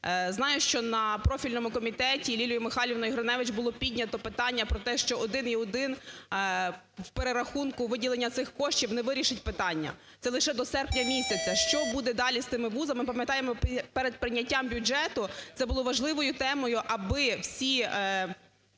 Знаю, що на профільному комітеті Лілією Михайлівною Гриневич було піднято питання про те, що один і один в перерахунку виділення цих коштів не вирішить питання, це лише до серпня місяця. Що буде далі з тими вузами, ми пам'ятаємо перед прийняттям бюджету це було важливою темою, аби всі